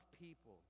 people